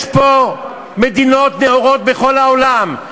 יש פה מדינות נאורות בכל העולם,